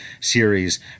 series